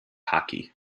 hockey